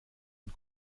und